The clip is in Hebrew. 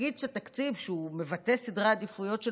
נגיד שתקציב שמבטא סדרי עדיפויות של